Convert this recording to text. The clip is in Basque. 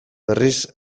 berriz